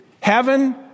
Heaven